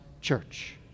church